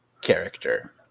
character